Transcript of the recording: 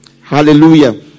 Hallelujah